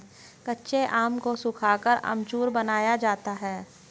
कच्चे आम को सुखाकर अमचूर बनाया जाता है